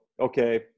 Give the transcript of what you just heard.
okay